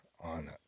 on